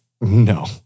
no